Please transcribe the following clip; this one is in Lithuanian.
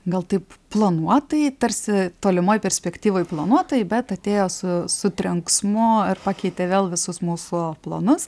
gal taip planuotai tarsi tolimoj perspektyvoj planuotai bet atėjo su su trenksmu ir pakeitė vėl visus mūsų planus